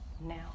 now